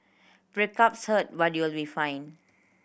breakups hurt but you'll be fine